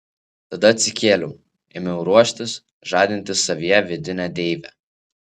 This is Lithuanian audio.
tada atsikėliau ėmiau ruoštis žadinti savyje vidinę deivę